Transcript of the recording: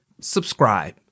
subscribe